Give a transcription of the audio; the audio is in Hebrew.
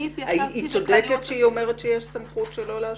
--- היא צודקת כשהיא אומרת שיש סמכות שלא לאשר.